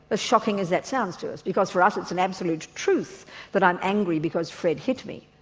as shocking as that sounds to us, because for us it's an absolute truth that i'm angry because fred hit me.